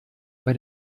bei